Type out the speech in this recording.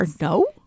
no